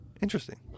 Interesting